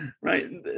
right